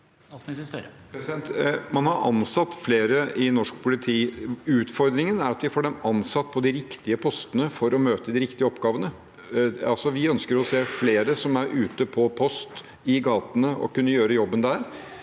Man har ansatt flere i norsk politi. Utfordringen er å få dem ansatt på de riktige postene for å møte de riktige oppgavene. Vi ønsker å se flere som er ute på post i gatene, og kan gjøre jobben der